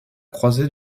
croisée